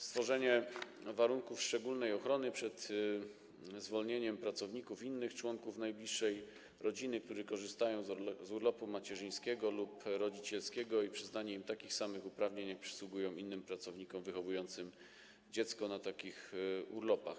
Stworzenie warunków szczególnej ochrony przed zwolnieniem pracowników - innych członków najbliższej rodziny, którzy korzystają z urlopu macierzyńskiego lub rodzicielskiego, i przyznanie im takich samych uprawnień, jakie przysługują innym pracownikom wychowującym dziecko na takich urlopach.